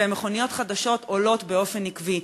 ושל מכוניות חדשות עולה באופן עקבי.